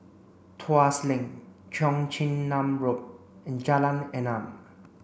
Tuas Link Cheong Chin Nam Road and Jalan Enam